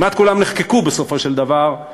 כמעט כולם נחקקו בסופו של דבר,